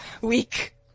Weak